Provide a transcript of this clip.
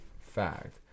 fact